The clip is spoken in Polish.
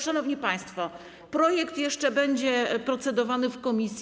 Szanowni państwo, projekt jeszcze będzie procedowany w komisji.